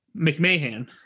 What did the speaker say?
McMahon